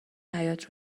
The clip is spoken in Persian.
حیاط